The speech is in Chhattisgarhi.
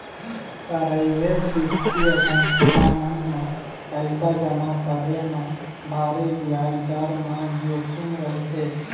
पराइवेट बित्तीय संस्था मन म पइसा जमा करे म भारी बियाज दर म जोखिम रहिथे